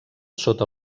sota